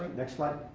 next slide.